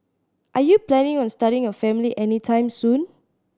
are you planning on starting a family anytime soon